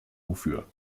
wofür